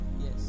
yes